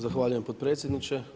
Zahvaljujem potpredsjednice.